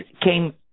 came